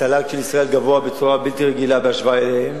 התל"ג של ישראל גבוה בצורה בלתי רגילה בהשוואה לשלהן,